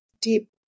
deep